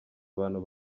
abantu